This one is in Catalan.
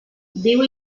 viu